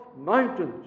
mountains